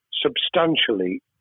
substantially